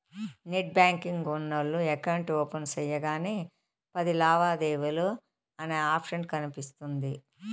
net banking ఉన్నోల్లు account open సెయ్యగానే పది లావాదేవీలు అనే ఆప్షన్ కనిపిస్తుంది